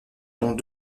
dont